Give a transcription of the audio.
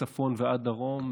מצפון ועד דרום,